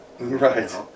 Right